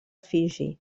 fiji